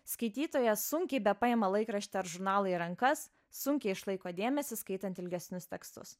skaitytojas sunkiai bepaima laikraštį ar žurnalą į rankas sunkiai išlaiko dėmesį skaitant ilgesnius tekstus